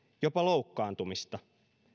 jopa loukkaantumista